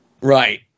Right